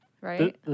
Right